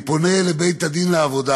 אני פונה לבית-הדין לעבודה: